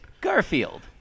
Garfield